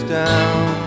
down